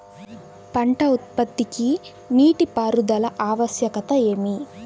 పంట ఉత్పత్తికి నీటిపారుదల ఆవశ్యకత ఏమి?